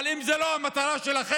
אבל אם זו לא המטרה שלכם,